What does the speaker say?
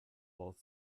both